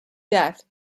death